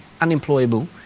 unemployable